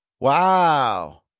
Wow